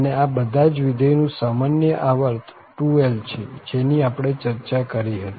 અને આ બધા જ વિધેય નું સામાન્ય આવર્ત 2l છે જેની આપણે ચર્ચા કરી હતી